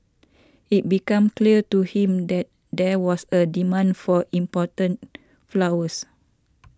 it became clear to him that there was a demand for important flowers